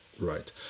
right